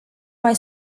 mai